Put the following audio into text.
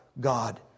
God